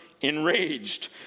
enraged